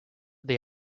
they